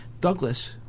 Douglas